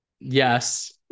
Yes